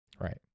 Right